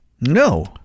No